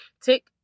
Tick